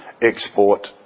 export